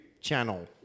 channel